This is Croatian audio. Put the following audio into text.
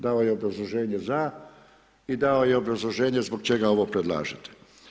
Dao je obrazloženje za i dao je obrazloženje zbog čega ovo predlažete.